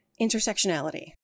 intersectionality